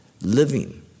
living